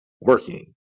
working